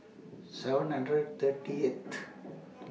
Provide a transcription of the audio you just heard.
seven hundred thirty eight